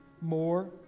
more